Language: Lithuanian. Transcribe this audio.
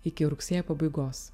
iki rugsėjo pabaigos